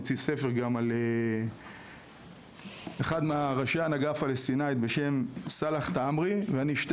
הוא גם הוציא ספר על אחד מראשי ההנהגה הפלסטינאית בשם סאלח תעמרי ושתי